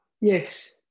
Yes